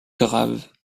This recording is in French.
graves